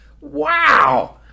Wow